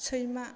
सैमा